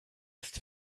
ist